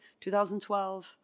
2012